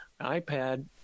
iPad –